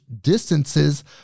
distances